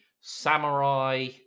samurai